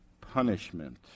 punishment